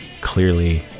Clearly